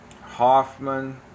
Hoffman